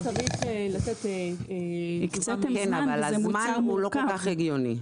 משך הזמן הוא לא כל כך הגיוני.